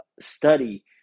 study